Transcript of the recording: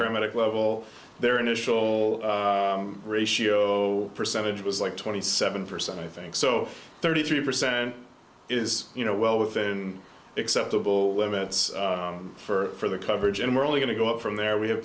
paramedic level their initial ratio percentage was like twenty seven percent i think so thirty three percent is you know well within acceptable limits for the coverage and we're only going to go up from there we ha